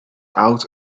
out